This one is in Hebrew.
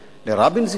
לרבין,